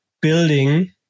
building